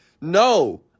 No